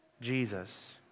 Jesus